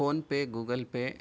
phone pay Google pay